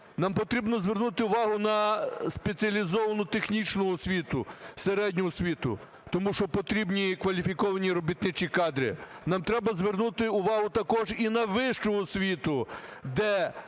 Нам потрібно звернути увагу на спеціалізовану технічну освіту, середню освіту, тому що потрібні кваліфіковані робітничі кадри. Нам треба звернути увагу також і на вищу освіту, де